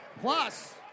Plus